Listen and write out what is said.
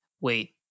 Wait